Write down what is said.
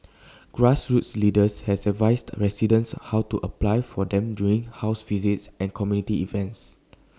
grassroots leaders has advised residents how to apply for them during house visits and community events